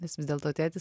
nes vis dėlto tėtis